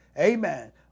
amen